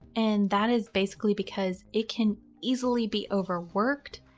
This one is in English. and that is basically because it can easily be overworked.